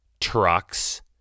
trucks